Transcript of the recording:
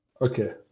okay